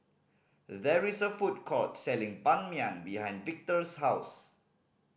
there is a food court selling Ban Mian behind Victor's house